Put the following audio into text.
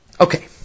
Okay